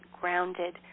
grounded